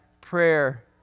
prayer